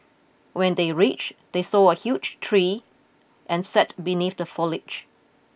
when they reached they saw a huge tree and sat beneath the foliage